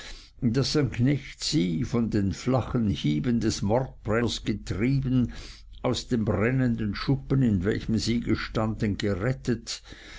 daß ein knecht sie von den flachen hieben des mordbrenners getrieben aus dem brennenden schuppen in welchem sie standen gerettet